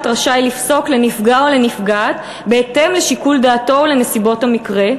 רשאי לפסוק לנפגע או נפגעת בהתאם לשיקול דעתו ולנסיבות המקרה,